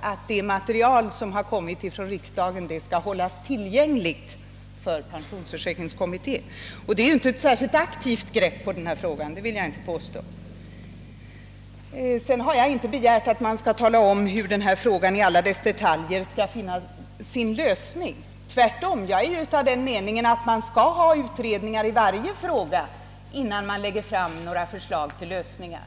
att det material, som kommit från riksdagen, skall hållas tillgängligt för pensionsförsäkringskommittén. Och det är ju inte ett särskilt aktivt grepp på frågan — det vill jag inte påstå. Jag har inte begärt att socialministern skall tala om, hur denna fråga i alla sina detaljer skall finna sin lösning. Tvärtom: jag är av den meningen att man skall ha utredningar i varje fråga, innan man lägger fram förslag till lösningar.